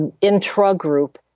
intra-group